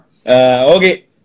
Okay